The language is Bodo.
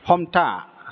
हमथा